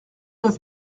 neuf